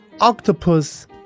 octopus